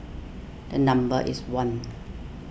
the number is one